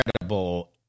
incredible